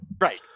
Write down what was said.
Right